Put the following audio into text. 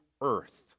earth